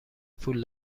پول